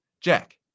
jack